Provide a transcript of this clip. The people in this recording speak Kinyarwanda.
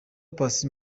paccy